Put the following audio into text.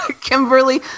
Kimberly